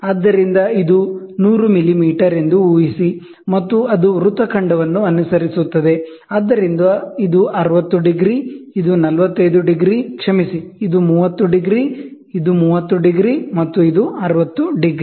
ಆದ್ದರಿಂದ ಇದು 100 ಮಿಲಿಮೀಟರ್ ಎಂದು ಊಹಿಸಿ ಮತ್ತು ಅದು ಆರ್ಕ್ ನ್ನು ಅನುಸರಿಸುತ್ತದೆ ಆದ್ದರಿಂದ ಇದು 60 ಡಿಗ್ರಿ ಇದು 45 ಡಿಗ್ರಿ ಕ್ಷಮಿಸಿ ಇದು 30 ಡಿಗ್ರಿ ಇದು 30 ಡಿಗ್ರಿ ಮತ್ತು ಇದು 60 ಡಿಗ್ರಿ